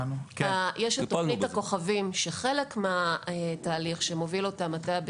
יש את תוכנית הכוכבים, שמוביל אותה מטה הבטיחות,